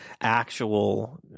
actual